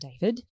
David